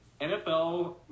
NFL